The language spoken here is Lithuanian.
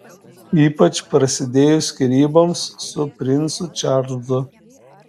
ypač prasidėjus skyryboms su princu čarlzu